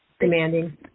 demanding